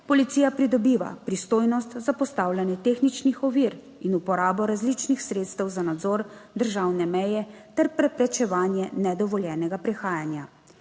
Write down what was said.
Policija pridobiva pristojnost za postavljanje tehničnih ovir in uporabo različnih sredstev za nadzor državne meje ter preprečevanje nedovoljenega prehajanja.